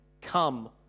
come